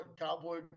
Cowboy